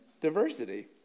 diversity